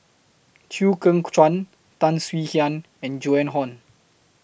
Chew Kheng Chuan Tan Swie Hian and Joan Hon